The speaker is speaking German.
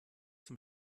zum